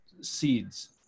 seeds